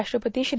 राष्ट्रपती श्री